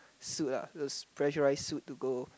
suit lah those pressurize suit to go